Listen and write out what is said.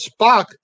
Spock